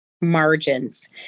margins